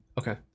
Okay